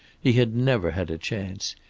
he had never had a chance.